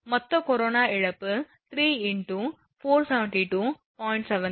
மொத்த கொரோனா இழப்பு 3 × 472